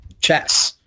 chess